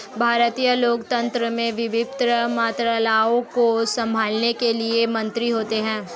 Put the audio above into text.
भारतीय लोकतंत्र में विभिन्न मंत्रालयों को संभालने के लिए मंत्री होते हैं